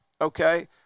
okay